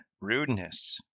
rudeness